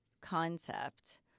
concept